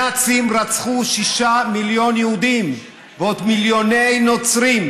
הנאצים רצחו שישה מיליון יהודים ועוד מיליוני נוצרים,